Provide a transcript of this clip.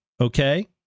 Okay